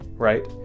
right